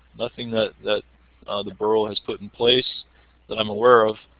nothing that that the borough has put in place that i'm aware of.